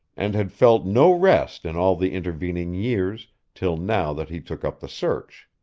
and had felt no rest in all the intervening years till now that he took up the search.